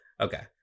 Okay